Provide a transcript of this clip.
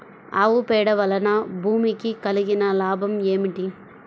ఆవు పేడ వలన భూమికి కలిగిన లాభం ఏమిటి?